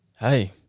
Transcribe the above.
hey